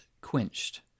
quenched